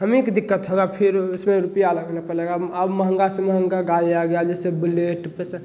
हम ही को दिक़्क़त होगी फिर उसमें रुपये लगाना पड़ेगा अब महँगा से महँगा गाड़ी आ गया जैसे बुलेट